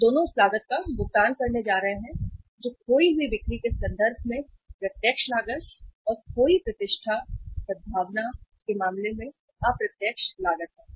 और दोनों उस लागत का भुगतान करने जा रहे हैं जो खोई हुई बिक्री के संदर्भ में प्रत्यक्ष लागत और खोई प्रतिष्ठा सद्भावना के मामले में अप्रत्यक्ष लागत है